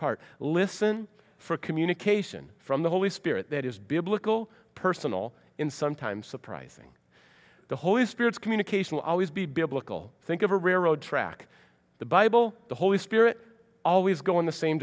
part listen for a communication from the holy spirit that is biblical personal in some time surprising the holy spirit's communication will always be biblical think of a railroad track the bible the holy spirit always go in the same